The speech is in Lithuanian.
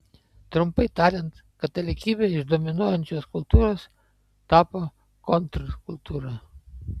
trumpai tariant katalikybė iš dominuojančios kultūros tapo kontrkultūra